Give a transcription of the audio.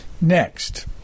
Next